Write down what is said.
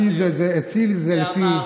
זה לפי משקל אצלי.